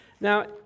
Now